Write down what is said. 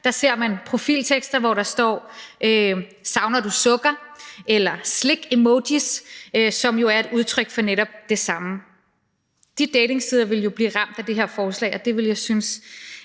Grindr ser profiltekster, hvor der spørges, om du savner sukker, eller slik-emojis, som jo er et udtryk for netop det samme. De datingsider vil jo blive ramt af det her forslag, og det ville jeg synes